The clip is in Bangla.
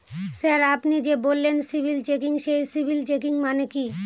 স্যার আপনি যে বললেন সিবিল চেকিং সেই সিবিল চেকিং মানে কি?